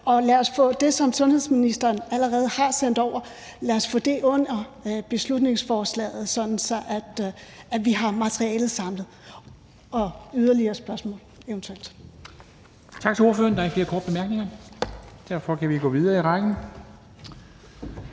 og lad os få det, som sundhedsministeren allerede har sendt over, under beslutningsforslaget, så vi har materialet samlet – og yderligere spørgsmål